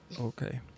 Okay